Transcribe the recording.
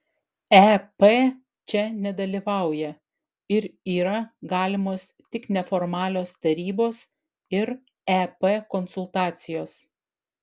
ep čia nedalyvauja ir yra galimos tik neformalios tarybos ir ep konsultacijos